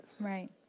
Right